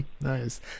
Nice